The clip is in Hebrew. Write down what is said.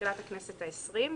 בתחילת הכנסת ה-20.